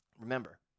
Remember